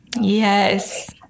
Yes